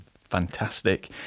fantastic